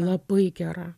labai gera